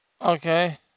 Okay